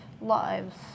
lives